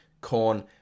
corn